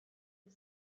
the